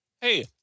Hey